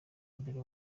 mbere